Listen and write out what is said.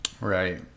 Right